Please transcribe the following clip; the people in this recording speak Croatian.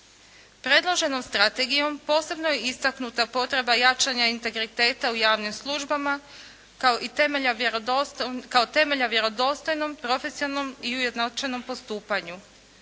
Predloženom strategijom, posebno je istaknuta potreba jačanja integriteta u javnim službama kao temelja vjerodostojnom, profesionalnom i ujednačenom postupanju.